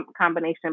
combination